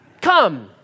Come